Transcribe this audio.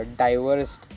diverse